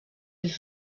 els